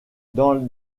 dans